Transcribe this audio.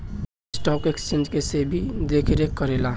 stock exchange के SEBI देखरेख करेला